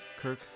Kirk